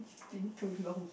think too long